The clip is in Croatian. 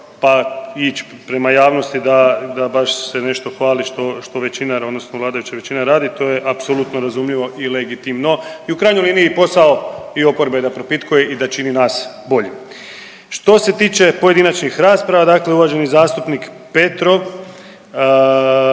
pa ići prema javnosti da, da baš se nešto hvali što, što većina odnosno vladajuća većina radi, to je apsolutno razumljivo i legitimno i u krajnjoj liniji i posao i oporbe je da propitkuje i da čini nas boljim. Što se tiče pojedinačnih rasprava, dakle uvaženi zastupnik Petrov